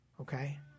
Okay